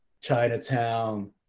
Chinatown